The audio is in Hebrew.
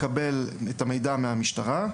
אנחנו נקבל את המידע מהמשטרה,